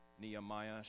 Nehemiah